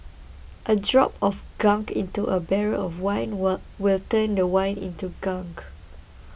a drop of gunk into a barrel of wine will will turn the wine into gunk